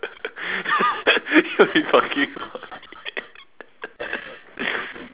that'll be fucking funny